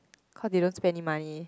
cause they don't spend any money